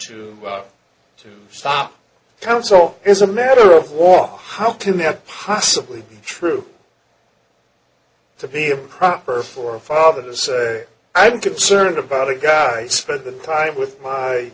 to to stop council is a matter of war how can it possibly be true to be a proper for a father to say i'm concerned about a guy spent time with my